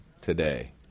today